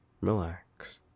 relax